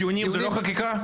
דיונים זה לא חקיקה?